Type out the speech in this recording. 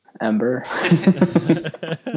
ember